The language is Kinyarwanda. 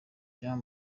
juan